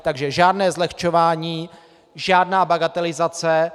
Takže žádné zlehčování, žádná bagatelizace.